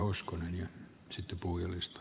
arvoisa herra puhemies